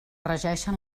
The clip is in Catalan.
regeixen